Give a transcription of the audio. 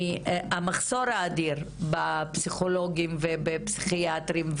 יש מחסור האדיר בפסיכולוגים ובפסיכיאטרים,